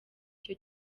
cyo